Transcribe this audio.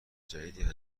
جدید